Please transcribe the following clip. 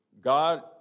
God